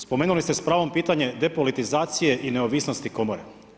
Spomenuli ste s pravom pitanje depolitizacije i neovisnosti komore.